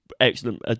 excellent